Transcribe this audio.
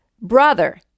brother